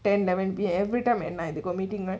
ten eleven P_M every time at night they got meeting right